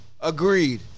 agreed